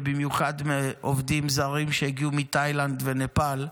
ובמיוחד עובדים זרים שהגיעו מתאילנד ונפאל,